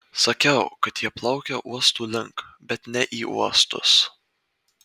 sakiau kad jie plaukia uostų link bet ne į uostus